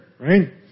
right